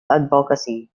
advocacy